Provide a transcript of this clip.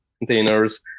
containers